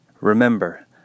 Remember